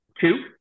two